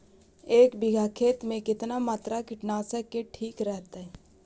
एक बीघा खेत में कितना मात्रा कीटनाशक के ठिक रहतय?